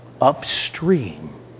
upstream